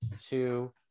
two